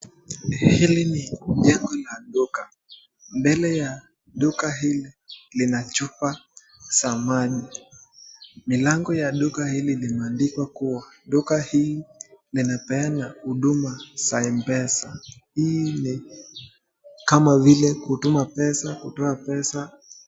Hili ni jengo la duka. Mbele ya duka hili lina chupa za maji, milango ya duka limeandikwa kua duka hii linapeana huduma za Mpesa. Hii ni kama vile kutuma pesa, kutoa pesa.